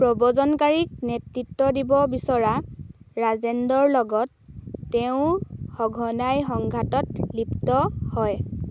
প্ৰব্ৰজনকাৰীক নেতৃত্ব দিব বিচৰা ৰাজেন্দ্ৰৰ লগত তেওঁ সঘনাই সংঘাতত লিপ্ত হয়